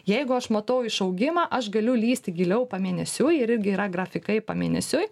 jeigu aš matau išaugimą aš galiu lįsti giliau pamėnesiui ir irgi yra grafikai pamėnesiui